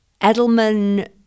edelman